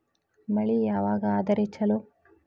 ಮಳಿ ಯಾವಾಗ ಆದರೆ ಛಲೋ?